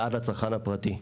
ועד לצרכן הפרטי,